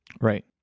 Right